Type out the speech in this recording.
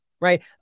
right